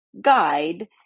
guide